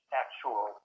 actual